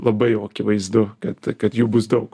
labai jau akivaizdu kad kad jų bus daug